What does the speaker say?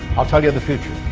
i'll tell you the future.